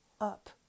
up